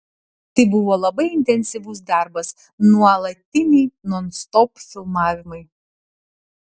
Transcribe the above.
tai buvo labai intensyvus darbas nuolatiniai nonstop filmavimai